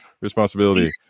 responsibility